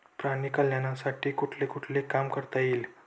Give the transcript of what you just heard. प्राणी कल्याणासाठी कुठले कुठले काम करता येईल?